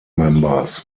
members